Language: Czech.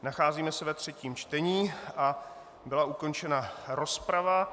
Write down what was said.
Nacházíme se ve třetím čtení a byla ukončena rozprava.